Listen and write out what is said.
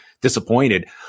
disappointed